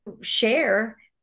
share